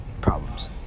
problems